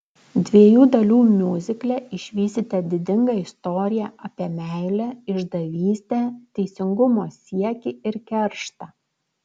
dviejų dalių miuzikle išvysite didingą istoriją apie meilę išdavystę teisingumo siekį ir kerštą